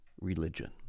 religion